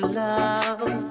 love